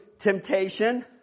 Temptation